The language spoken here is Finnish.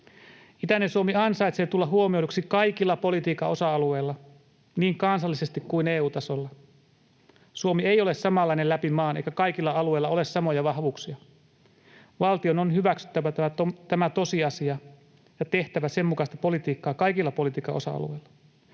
Itäinen Suomi ansaitsee tulla huomioiduksi kaikilla politiikan osa-alueilla niin kansallisesti kuin EU-tasolla. Suomi ei ole samanlainen läpi maan eikä kaikilla alueilla ole samoja vahvuuksia. Valtion on hyväksyttävä tämä tosiasia ja tehtävä sen mukaista politiikkaa kaikilla politiikan osa-alueilla.